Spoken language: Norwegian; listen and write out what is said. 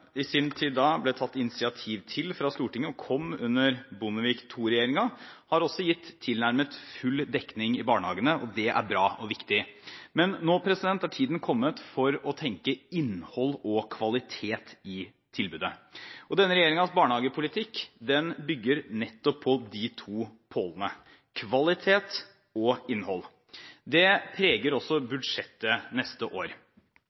i sin tid ble tatt initiativ til fra Stortinget, kom under Bondevik II-regjeringen. Det har også gitt tilnærmet full dekning i barnehagene, og det er bra og viktig. Men nå har tiden kommet for å tenke innhold og kvalitet i tilbudet. Denne regjeringens barnehagepolitikk bygger nettopp på de to pålene, kvalitet og innhold. Det preger også budsjettet neste år.